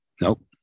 Nope